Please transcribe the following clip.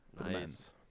Nice